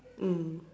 mm